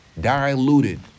diluted